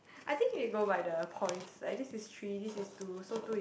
I think they go by the points like this is three this is two so two is